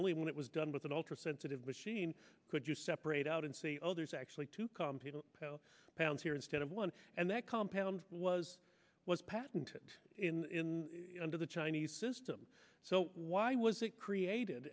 only when it was done with an ultra sensitive machine could you separate out and say oh there's actually two competing pounds here instead of one and that compound was was patented in under the chinese system so why was it created